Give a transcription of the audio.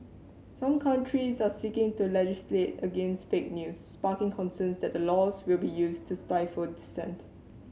some countries are seeking to legislate against fake news sparking concerns that the laws will be used to stifle dissent